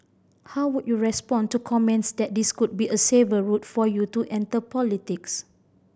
how would you respond to comments that this could be a safer route for you to enter politics